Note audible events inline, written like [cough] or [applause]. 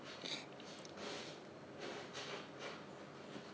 [breath]